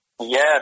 Yes